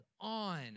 on